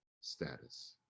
status